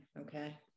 Okay